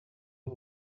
b’u